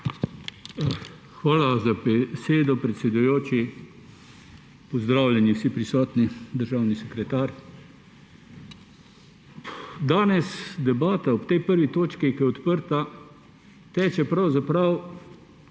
Hvala za besedo, predsedujoči. Pozdravljeni vsi prisotni, državni sekretar! Danes debata ob tej 1. točki, ki je odprta, teče,